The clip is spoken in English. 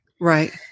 Right